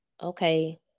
okay